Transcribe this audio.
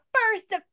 first